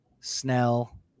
Snell